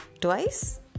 Twice